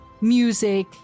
music